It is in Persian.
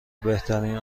بهترین